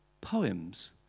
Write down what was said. poems